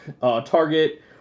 Target